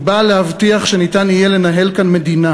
היא באה להבטיח שניתן יהיה לנהל כאן מדינה.